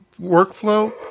workflow